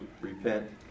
repent